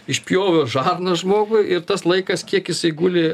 išpjovė žarną žmogui ir tas laikas kiek jisai guli